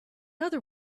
other